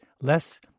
less